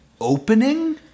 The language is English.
opening